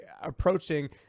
approaching